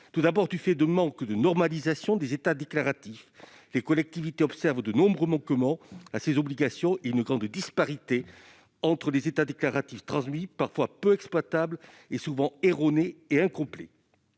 Tout d'abord, en raison d'une normalisation insuffisante des états déclaratifs, les collectivités observent de nombreux manquements à ces obligations et de grandes disparités entre les états déclaratifs transmis, parfois peu exploitables et souvent erronés et incomplets.